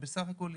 שבסך הכול יכתבו: